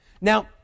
Now